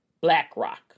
BlackRock